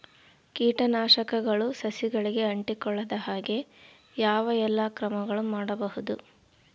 ಕೇಟನಾಶಕಗಳು ಸಸಿಗಳಿಗೆ ಅಂಟಿಕೊಳ್ಳದ ಹಾಗೆ ಯಾವ ಎಲ್ಲಾ ಕ್ರಮಗಳು ಮಾಡಬಹುದು?